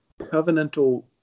covenantal